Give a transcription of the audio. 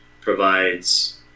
provides